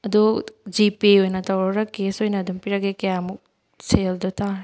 ꯑꯗꯣ ꯖꯤꯄꯦ ꯑꯣꯏꯅ ꯇꯧꯔꯣꯔꯥ ꯀꯦꯁ ꯑꯣꯏꯅ ꯑꯗꯨꯝ ꯄꯤꯔꯒꯦ ꯀꯌꯥꯃꯨꯛ ꯁꯦꯜꯗꯨ ꯇꯥꯔꯒꯦ